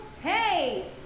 Hey